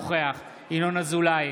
נוכח ינון אזולאי,